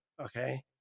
okay